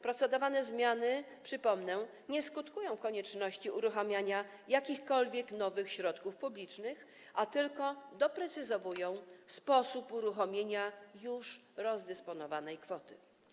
Procedowane zmiany, przypomnę, nie skutkują koniecznością uruchomienia jakichkolwiek nowych środków publicznych, a tylko doprecyzowują sposób uruchomienia już rozdysponowanej kwoty.